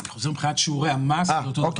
אני חוזר, מבחינת שיעורי המס באותו זמן.